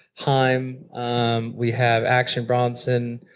haim, um we have action bronson,